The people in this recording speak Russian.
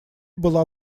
была